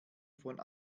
von